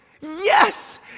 Yes